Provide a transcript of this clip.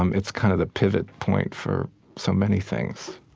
um it's kind of the pivot point for so many things.